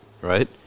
Right